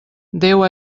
déu